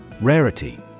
Rarity